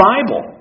Bible